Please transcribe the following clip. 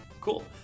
Cool